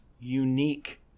unique